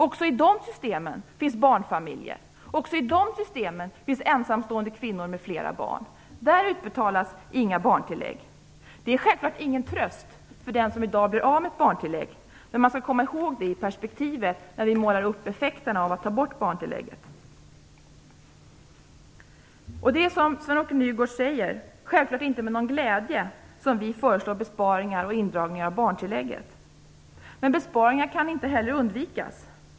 Också i de systemen finns barnfamiljer och ensamstående kvinnor med flera barn. Där utbetalas inga barntillägg. Det är självklart ingen tröst för den som i dag blir av med ett barntillägg, men man skall ta med det i perspektivet när man målar upp effekterna av att barntillägget tas bort. Det är självklart, som Sven-Åke Nygårds säger, att det inte är med någon glädje som vi föreslår besparingar och indragning av barntillägget. Men besparingar kan inte heller undvikas.